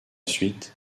suite